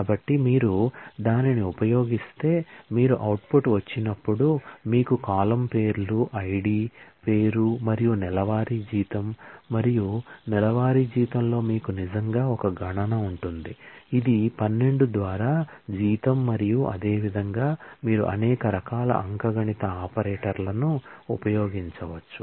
కాబట్టి మీరు దానిని ఉపయోగిస్తే మీరు అవుట్పుట్ వచ్చినప్పుడు మీకు కాలమ్ పేర్లు ID పేరు మరియు నెలవారీ జీతం మరియు నెలవారీ జీతంలో మీకు నిజంగా ఒక గణన ఉంటుంది ఇది 12 ద్వారా జీతం మరియు అదే విధంగా మీరు అనేక రకాల అంకగణిత ఆపరేటర్లను ఉపయోగించవచ్చు